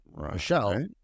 michelle